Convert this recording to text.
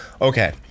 Okay